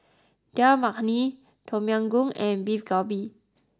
Dal Makhani Tom Yam Goong and Beef Galbi